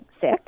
sick